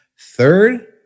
Third